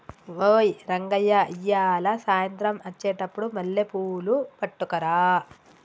ఓయ్ రంగయ్య ఇయ్యాల సాయంత్రం అచ్చెటప్పుడు మల్లెపూలు పట్టుకరా